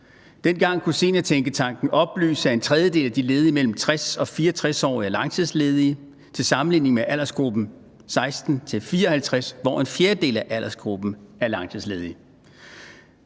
Dengang kunne Seniortænketanken oplyse, at en tredjedel af de ledige mellem 60 og 64 år er langtidsledige – til sammenligning med aldersgruppen 16 til 54 år, hvor det er en fjerdedel af aldersgruppen, der er langtidsledige.